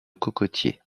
cocotiers